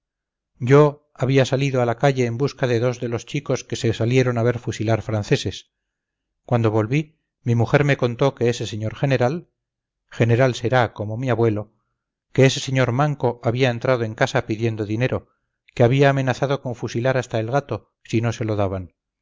yo había salido a la calle en busca de dos de los chicos que se salieron a ver fusilar franceses cuando volví mi mujer me contó que ese señor general general será como mi abuelo que ese señor manco había entrado en casa pidiendo dinero que había amenazado con fusilar hasta el gato si no se lo daban